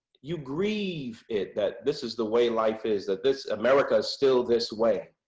you grieve it that this is the way life is, that this america is still this way.